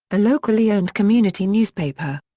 a locally owned community newspaper.